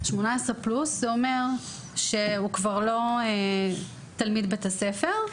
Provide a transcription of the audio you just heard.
+18 זה אומר שהוא כבר לא תלמיד בית הספר.